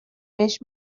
بهش